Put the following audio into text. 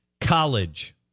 college